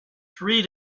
three